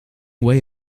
way